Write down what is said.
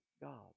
God